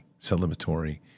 celebratory